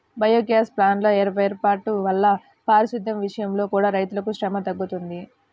biogas ప్లాంట్ల వేర్పాటు వల్ల పారిశుద్దెం విషయంలో కూడా రైతులకు శ్రమ తగ్గుతుంది